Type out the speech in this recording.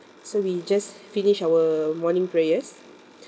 so we just finish our morning prayers